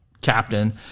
captain